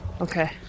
Okay